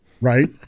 Right